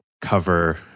cover